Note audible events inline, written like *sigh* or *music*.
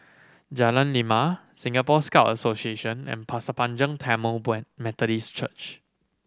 Jalan Lima Singapore Scout Association and Pasir Panjang Tamil *unintelligible* Methodist Church